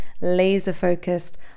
laser-focused